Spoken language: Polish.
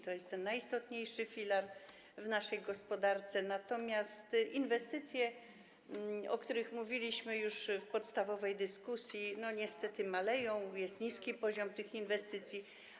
To jest najistotniejszy filar w naszej gospodarce, natomiast inwestycje, o których mówiliśmy już w podstawowej dyskusji, niestety maleją, jest niski poziom tych inwestycji.